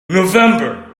november